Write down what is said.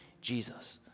Jesus